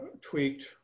tweaked